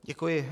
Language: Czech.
Děkuji.